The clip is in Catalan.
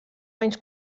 menys